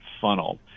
funnel